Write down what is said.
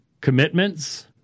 commitments